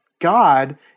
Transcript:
God